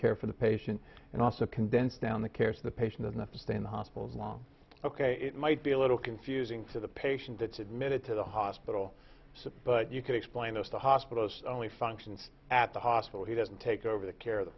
care for the patient and also condense down the care of the patient enough to stay in the hospital's long ok it might be a little confusing for the patient that made it to the hospital but you can explain to us the hospital only functions at the hospital he doesn't take over the care of the